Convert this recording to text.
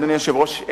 אדוני היושב-ראש,